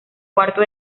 cuarto